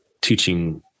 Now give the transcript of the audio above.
teaching